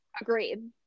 Agreed